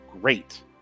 great